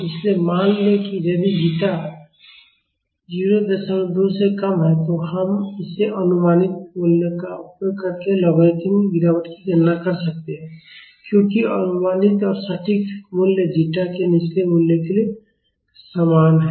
इसलिए मान लें कि यदि जीटा 02 से कम है तो हम इस अनुमानित मूल्य का उपयोग करके लॉगरिदमिक गिरावट की गणना कर सकते हैं क्योंकि अनुमानित और सटीक मूल्य जीटा के निचले मूल्यों के लिए समान हैं